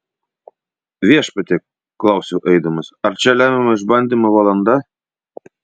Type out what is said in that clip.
viešpatie klausiau eidamas ar čia lemiamo išbandymo valanda